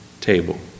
table